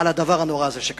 על הדבר הנורא הזה שקרה.